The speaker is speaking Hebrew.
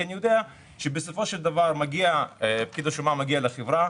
כי אני יודע שבסופו של דבר פקיד השומה מגיע לחברה,